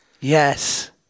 Yes